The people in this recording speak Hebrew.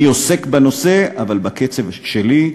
אני עוסק בנושא, אבל בקצב שלי.